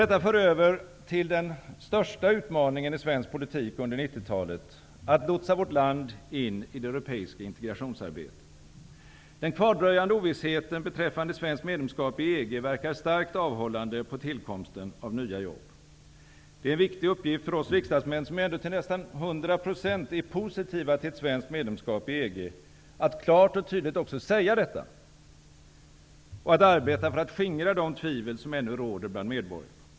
Detta för över till den största utmaningen i svensk politik under 1990-talet: att lotsa vårt land in i det europeiska integrationsarbetet. Den kvardröjande ovissheten beträffande svenskt medlemskap i EG verkar starkt avhållande på tillkomsten av nya jobb. Det är en viktig uppgift för oss riksdagsmän, som ju ändå till nästan hundra procent är positiva till ett svenskt medlemskap i EG, att klart och tydligt också säga detta och att arbeta för att skingra de tvivel som ännu råder bland medborgarna.